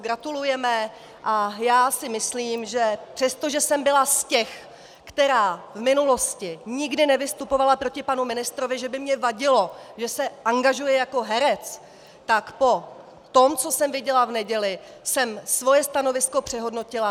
A já si myslím, že přestože jsem byla z těch, která v minulosti nikde nevystupovala proti panu ministrovi, že by mně vadilo, že se angažuje jako herec, tak po tom, co jsem viděla v neděli, jsem svoje stanovisko přehodnotila.